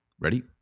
ready